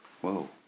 Whoa